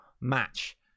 match